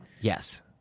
Yes